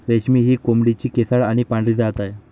रेशमी ही कोंबडीची केसाळ आणि पांढरी जात आहे